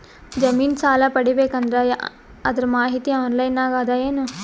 ಜಮಿನ ಸಾಲಾ ಪಡಿಬೇಕು ಅಂದ್ರ ಅದರ ಮಾಹಿತಿ ಆನ್ಲೈನ್ ನಾಗ ಅದ ಏನು?